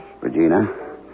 Regina